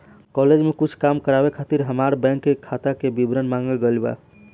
college में कुछ काम खातिर हामार बैंक खाता के विवरण मांगल गइल बा